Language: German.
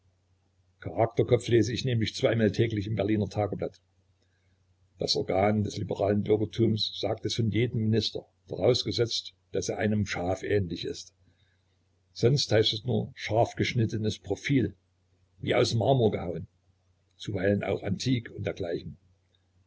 charakterkopf lese ich nämlich zweimal täglich im berliner tageblatt das organ des liberalen bürgertums sagt es von jedem minister vorausgesetzt daß er einem schaf ähnlich ist sonst heißt es nur scharfgeschnittenes profil wie aus marmor gehauen zuweilen auch antik u dgl